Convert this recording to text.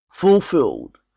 Fulfilled